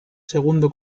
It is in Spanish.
segundo